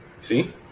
See